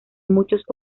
muchos